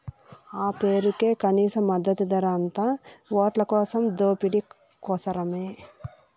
ఆ పేరుకే కనీస మద్దతు ధర, అంతా ఓట్లకోసం దోపిడీ కోసరమే